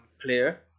player